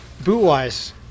boot-wise